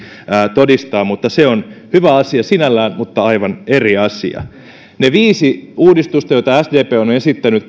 todistaa se on hyvä asia sinällään mutta aivan eri asia ne viisi uudistusta joita sdp on on esittänyt